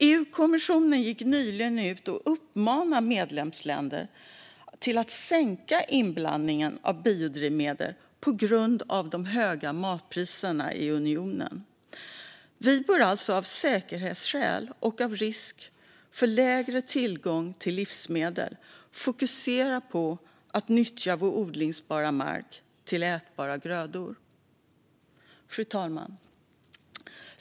EU-kommissionen uppmanade nyligen medlemsländerna att sänka inblandningen av biodrivmedel på grund av de höga matpriserna i unionen. Vi bör alltså av säkerhetsskäl och av risk för lägre tillgång till livsmedel fokusera på att nyttja vår odlingsbara mark för ätbara grödor. Fru talman!